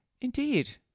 Indeed